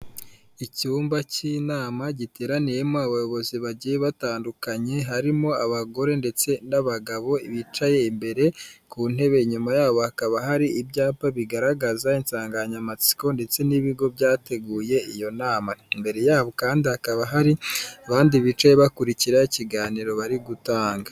Icyumba cy'inama giteraniyemo abayobozi bagiye batandukanye, harimo abagore ndetse n'abagabo bicaye imbere ku ntebe, inyuma yabo hakaba hari ibyapa bigaragaza insanganyamatsiko ndetse n'ibigo byateguye iyo nama, imbere yabo kandi hakaba hari abandi bicaye bakurikira ikiganiro bari gutanga.